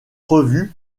revue